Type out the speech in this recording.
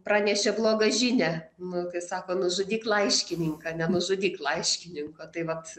pranešė blogą žinią nu tai sako nužudyk laiškininką nenužudyk laiškininko tai vat